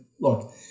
look